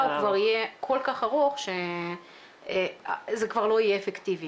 הוא כבר יהיה כל כך ארוך שזה כבר לא יהיה אפקטיבי,